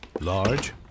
Large